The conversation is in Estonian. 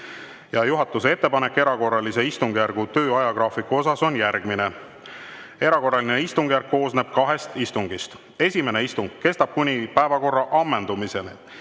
Juhatuse ettepanek erakorralise istungjärgu töö ajagraafiku osas on järgmine. Erakorraline istungjärk koosneb kahest istungist. Esimene istung kestab kuni päevakorra ammendumiseni.